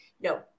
no